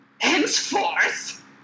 Henceforth